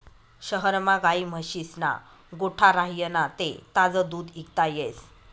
शहरमा गायी म्हशीस्ना गोठा राह्यना ते ताजं दूध इकता येस